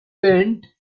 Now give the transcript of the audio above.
bend